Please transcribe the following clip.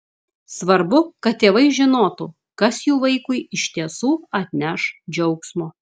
svarbu kad tėvai žinotų kas jų vaikui iš tiesų atneš džiaugsmo